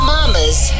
Mama's